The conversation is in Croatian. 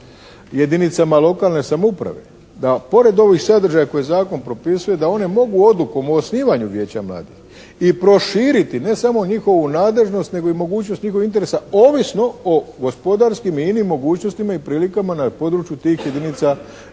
jedinicama lokalne samouprave da pored ovih sadržaja koje zakon propisuje da one mogu odlukom o osnivanju vijeća mladih i proširiti ne samo njihovu nadležnost nego i mogućnost njihovih interesa, ovisno o gospodarskim i inim mogućnostima i prilikama na području tih jedinica lokalne